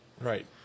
Right